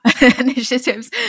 initiatives